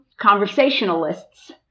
conversationalists